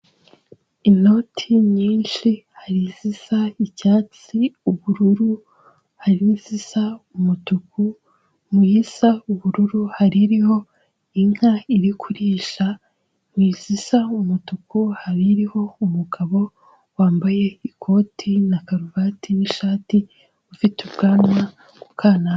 Inoti nyinshi hari zisa icyatsi ubururu, hari n'izisa umutuku n'isa ubururu, hari iriho inka iri kurisha, mu zisa umutuku hari iriho umugabo wambaye ikoti na karuvati n'ishati ufite ubwanwa kukananywa.